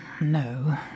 no